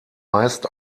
meist